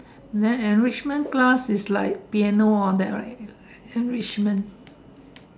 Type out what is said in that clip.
and then enrichment class is like piano all that right enrichment